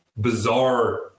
bizarre